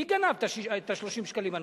מי לקח את 30 השקלים הנוספים?